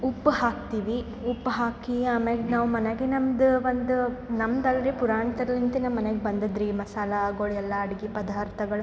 ಉಪ್ಪು ಹಾಕ್ತೀವಿ ಉಪ್ಪು ಹಾಕಿ ಆಮ್ಯಾಗೆ ನಾವು ಮನ್ಯಾಗೆ ನಮ್ದು ಒಂದು ನಮ್ದು ಅಲ್ಲದೆ ಪುರಾಣ್ತರ್ಲಿಂತೆ ನಮ್ಮ ಮನ್ಯಾಗೆ ಬಂದಿದ್ರಿ ಮಸಾಲಗಳು ಎಲ್ಲ ಅಡಿಗೆ ಪದಾರ್ಥಗಳು